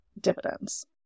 dividends